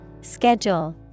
Schedule